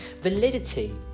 Validity